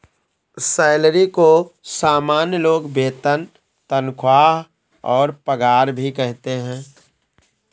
salary को सामान्य लोग वेतन तनख्वाह और पगार भी कहते है